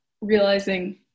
realizing